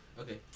okay